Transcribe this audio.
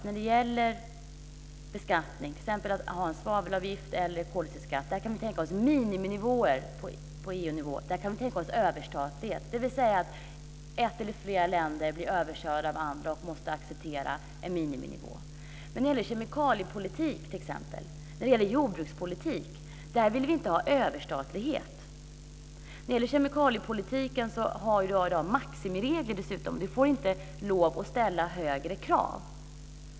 När det gäller beskattning, t.ex. en svavelavgift eller koldioxidskatt, kan vi tänka oss miniminivåer på EU-nivå och överstatlighet, dvs. att ett eller flera länder blir överkörda av andra och måste acceptera en miniminivå. När det t.ex. gäller kemikaliepolitik och jordbrukspolitik vill vi inte ha överstatlighet. Vad angår kemikaliepolitiken har man dessutom i dag maximiregler. Man får inte lov att ställa högre krav.